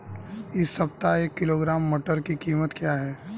इस सप्ताह एक किलोग्राम मटर की कीमत क्या है?